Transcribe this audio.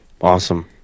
awesome